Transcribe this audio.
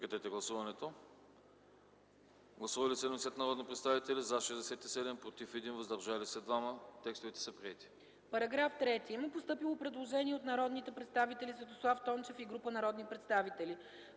Параграф 6 – има постъпило предложение от народния представител Светослав Тончев и група народни представители.